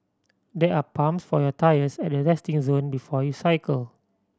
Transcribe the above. there are pumps for your tyres at the resting zone before you cycle